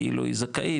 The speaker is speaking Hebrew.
כאילו היא זכאית,